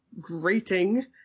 grating